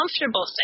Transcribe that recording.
comfortable